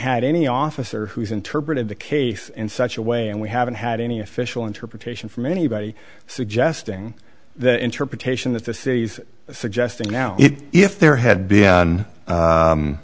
had any officer who has interpreted the case in such a way and we haven't had any official interpretation from anybody suggesting that interpretation that this suggesting now if there had been